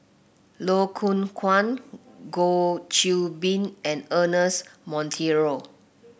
Loh Hoong Kwan Goh Qiu Bin and Ernest Monteiro